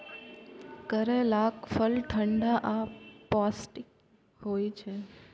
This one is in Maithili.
करैलाक फल ठंढा आ पौष्टिक होइ छै